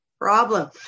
problem